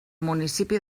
municipi